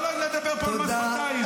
לא לדבר פה מס שפתיים.